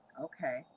okay